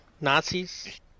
Nazis